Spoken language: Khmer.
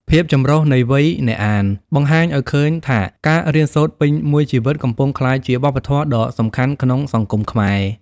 ភាពចម្រុះនៃវ័យអ្នកអាន បង្ហាញឱ្យឃើញថាការរៀនសូត្រពេញមួយជីវិត កំពុងក្លាយជាវប្បធម៌ដ៏សំខាន់ក្នុងសង្គមខ្មែរ។